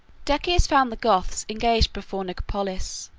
decius found the goths engaged before nicopolis,